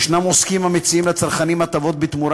יש עוסקים המציעים לצרכנים הטבות בתמורה